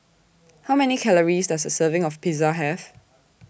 How Many Calories Does A Serving of Pizza Have